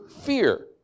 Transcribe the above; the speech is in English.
fear